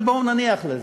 אבל בואו נניח לזה.